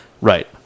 right